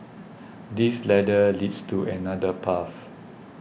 this ladder leads to another path